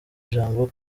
ijambo